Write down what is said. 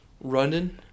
running